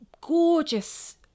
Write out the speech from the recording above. gorgeous